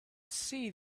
see